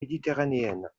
méditerranéennes